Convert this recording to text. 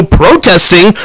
protesting